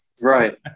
Right